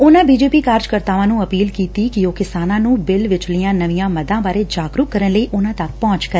ਉਨਾਂ ਬੀਜੇਪੀ ਕਾਰਜਕਾਰਤਾਵਾਂ ਨੰ ਅਪੀਲ ਕੀਤੀ ਕਿ ਉਹ ਕਿਸਾਨਾਂ ਨੰ ਬਿੱਲ ਵਿਚਲੀਆਂ ਨਵੀਆਂ ਮੱਦਾਂ ਬਾਰੇ ਜਾਗਰੁਕ ਕਰਨ ਲਈ ਉਨਾ ਤੱਕ ਪਹੁੰਚ ਕਰਨ